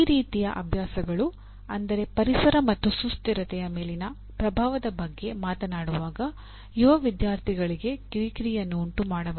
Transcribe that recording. ಈ ರೀತಿಯ ಅಭ್ಯಾಸಗಳು ಅಂದರೆ ಪರಿಸರ ಮತ್ತು ಸುಸ್ಥಿರತೆಯ ಮೇಲಿನ ಪ್ರಭಾವದ ಬಗ್ಗೆ ಮಾತನಾಡುವಾಗ ಯುವ ವಿದ್ಯಾರ್ಥಿಗಳಿಗೆ ಕಿರಿಕಿರಿಯನ್ನುಂಟು ಮಾಡಬಹುದು